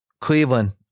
Cleveland